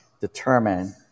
determine